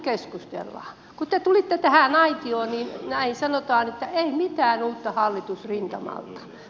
kun te tulitte tähän aitioon niin sanottiin että ei mitään uutta hallitusrintamalta